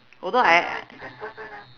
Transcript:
although I